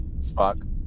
spock